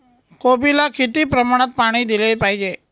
कोबीला किती प्रमाणात पाणी दिले पाहिजे?